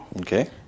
Okay